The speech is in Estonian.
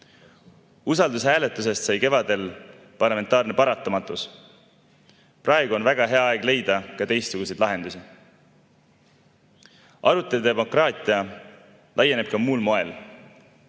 Usaldushääletusest sai kevadel parlamentaarne paratamatus. Praegu on väga hea aeg leida ka teistsuguseid lahendusi. Arutelu ja demokraatia laieneb ka muul moel.